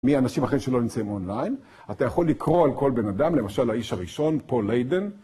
מי האנשים האחרים שלא נמצאים אונליין? אתה יכול לקרוא על כל בן אדם, למשל האיש הראשון, פול ליידן